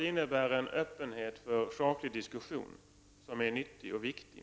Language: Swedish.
Det innebär en öppenhet för en saklig diskussion som är nyttig och viktig.